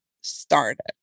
started